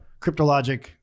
cryptologic